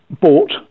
bought